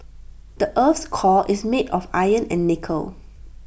the Earth's core is made of iron and nickel